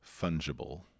fungible